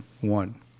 one